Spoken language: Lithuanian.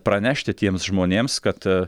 pranešti tiems žmonėms kad